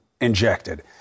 injected